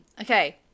Okay